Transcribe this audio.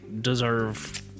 deserve